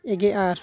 ᱮᱜᱮ ᱟᱨ